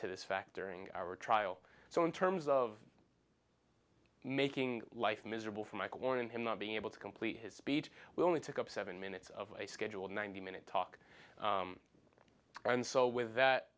to this fact during our trial so in terms of making life miserable for michael warning him not being able to complete his speech we only took up seven minutes of a scheduled ninety minute talk and so with that